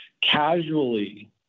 casually